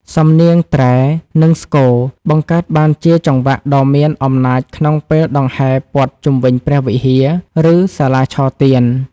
សំនៀងត្រែ និងស្គរ បង្កើតបានជាចង្វាក់ដ៏មានអំណាចក្នុងពេលដង្ហែព័ទ្ធជុំវិញព្រះវិហារ ឬសាលាឆទាន។